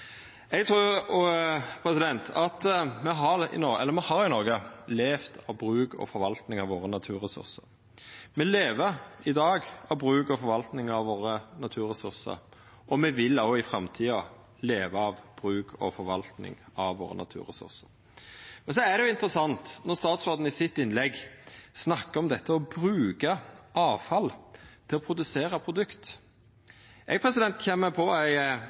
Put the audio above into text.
Me har i Noreg levd av bruk og forvalting av naturressursane våre. Me lever i dag av bruk og forvalting av naturressursane våre, og me vil òg i framtida leva av bruk og forvalting av naturressursane våre. Men det er interessant når statsråden i innlegget sitt snakkar om å bruka avfall til å produsera produkt. Eg kjem på ei